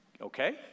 Okay